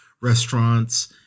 restaurants